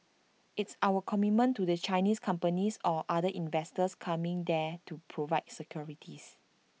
it's our commitment to the Chinese companies or other investors coming there to provide security